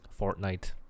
Fortnite